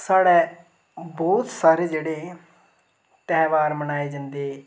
साढ़ै बोह्त सारे जेह्ड़े तेहार मनाए जंदे